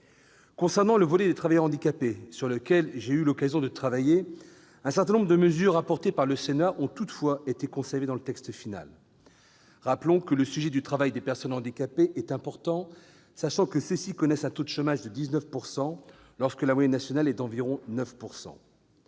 Concernant le volet des travailleurs handicapés, sur lequel j'ai eu l'occasion de travailler, un certain nombre de mesures introduites par le Sénat ont toutefois été conservées dans le texte final. Rappelons que le sujet du travail des personnes handicapées est important, car celles-ci connaissent un taux de chômage de 19 %, lorsque la moyenne nationale est d'environ 9 %.